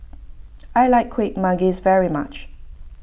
I like Kueh Manggis very much